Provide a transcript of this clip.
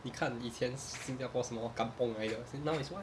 你看以前新加坡什么 kampung 来的现 now is what